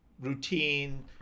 routine